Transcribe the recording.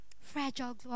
fragile